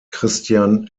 christian